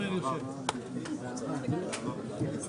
במהירות לסיכומים בדיונים שאתם עורכים עכשיו לקראת